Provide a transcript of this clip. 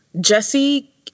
Jesse